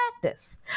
practice